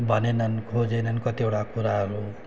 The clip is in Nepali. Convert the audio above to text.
भनेन् खोजेनन् कतिवटा कुराहरू